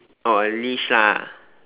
oh a leash lah